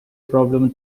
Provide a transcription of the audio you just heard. problem